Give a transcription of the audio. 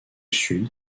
sud